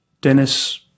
Dennis